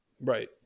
Right